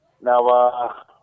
Now